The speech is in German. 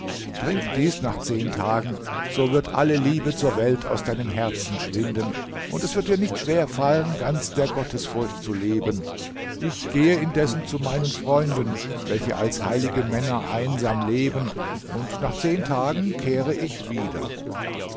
trink dies nach zehn tagen so wird alle liebe zur welt aus deinem herzen schwinden und es wird dir nicht schwer fallen ganz der gottesfurcht zu leben ich gehe indessen zu meinen freunden welche als heilige männer einsam leben und nach zehn tagen kehre ich wieder